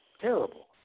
terrible